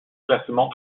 classement